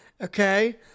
Okay